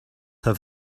have